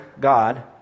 God